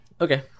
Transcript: Okay